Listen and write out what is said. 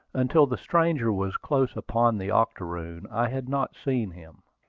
until the stranger was close upon the octoroon, i had not seen him.